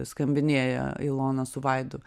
skambinėja ilona su vaidu